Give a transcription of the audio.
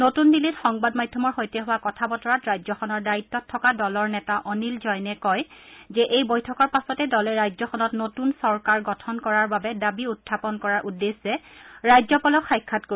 নতুন দিল্লীত সংবাদ মাধ্যমৰ সৈতে হোৱা কথা বতৰাত ৰাজ্যখনৰ দায়িত্বত থকা দলৰ নেতা অনিল জৈনে কয় যে এই বৈঠকৰ পাছতে দলে ৰাজ্যখনত নতুন চৰকাৰ গঠন কৰাৰ বাবে দাবী উখাপন কৰাৰ উদ্দেশ্যে ৰাজ্যপালক সাক্ষাৎ কৰিব